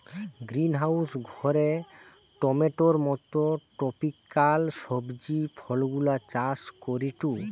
greenhouse ঘরে টমেটোর মত ট্রপিকাল সবজি ফলগুলা চাষ করিটু